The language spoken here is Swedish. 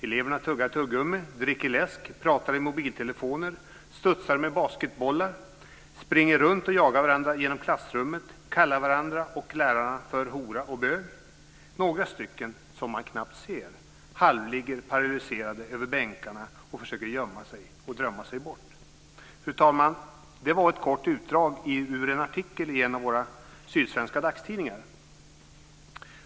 Eleverna tuggar tuggummi, dricker läsk, pratar i mobiltelefoner, studsar med basketbollar, springer runt och jagar varandra genom klassrummet, kallar varandra och lärarna för hora och bög. Några stycken, som man knappt ser, halvligger paralyserade över bänkarna och försöker gömma sig och drömma sig bort. Fru talman! Det var ett kort utdrag ur en artikel i en av våra sydsvenska dagstidningar.